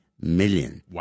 million